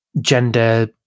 gender